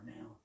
now